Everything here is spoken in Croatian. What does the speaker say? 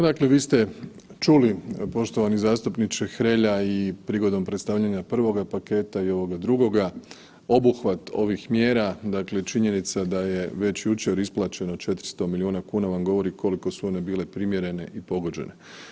Dakle vi ste čuli poštovani zastupniče Hrelja i prigodom predstavljanja prvoga paketa i ovoga drugoga, obuhvat ovih mjera činjenica da je već jučer isplaćeno 400 milijuna kuna vam govori koliko su one bile primjerene i pogođene.